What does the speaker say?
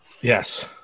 Yes